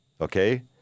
okay